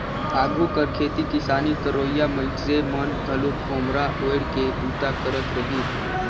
आघु कर खेती किसानी करोइया मइनसे मन घलो खोम्हरा ओएढ़ के बूता करत रहिन